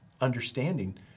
understanding